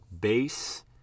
Base